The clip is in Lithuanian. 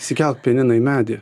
įsikelk pianiną į medį